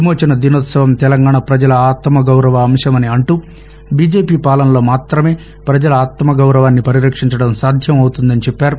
విమోచన దినోత్పవం తెలంగాణ పజల ఆత్నగౌరవ అంశమని అంటూ బీజేపీ పాలనలో మాతమే పజల ఆత్మగౌరవాన్ని పరిరక్షించటం సాధ్యం అవుతుందని చెప్పారు